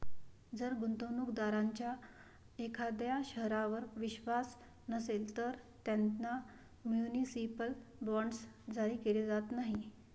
जर गुंतवणूक दारांचा एखाद्या शहरावर विश्वास नसेल, तर त्यांना म्युनिसिपल बॉण्ड्स जारी केले जात नाहीत